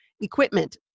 equipment